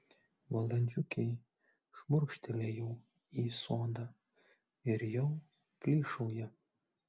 valandžiukei šmurkštelėjau į sodą ir jau plyšauja